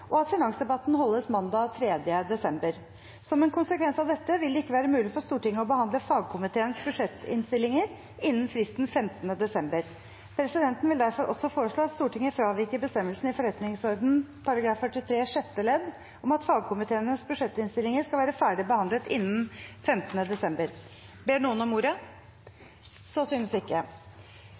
og at finansdebatten holdes mandag 3. desember. Som en konsekvens av dette vil det ikke være mulig for Stortinget å behandle fagkomiteenes budsjettinnstillinger innen fristen 15. desember. Presidenten vil derfor også foreslå at Stortinget fraviker bestemmelsen i forretningsordenens § 43 sjette ledd om at fagkomiteenes budsjettinnstillinger skal være ferdig behandlet innen 15. desember. Ber noen om ordet? – Så synes ikke.